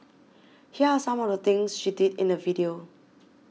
here are some of the things she did in the video